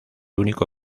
único